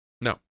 no